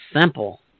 simple